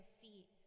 feet